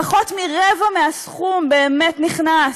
פחות מרבע מהסכום באמת נכנס,